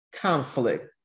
conflict